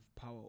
power